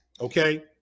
Okay